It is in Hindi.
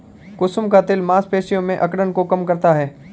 कुसुम का तेल मांसपेशियों में अकड़न को कम करता है